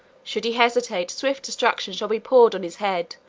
should he hesitate, swift destruction shall be poured on his head,